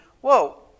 Whoa